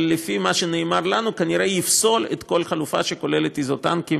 אבל לפי מה שנאמר לנו כנראה יפסול כל חלופה שכוללת איזוטנקים,